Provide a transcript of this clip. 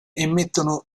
emettono